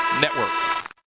Network